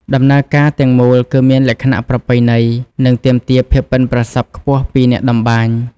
ដំណើរការទាំងមូលគឺមានលក្ខណៈប្រពៃណី និងទាមទារភាពប៉ិនប្រសប់ខ្ពស់ពីអ្នកតម្បាញ។